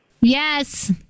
yes